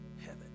heaven